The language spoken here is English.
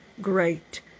great